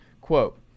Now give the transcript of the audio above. quote